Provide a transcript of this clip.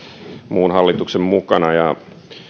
muun hallituksen mukana ja